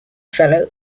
fellow